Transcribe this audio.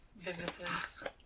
Visitors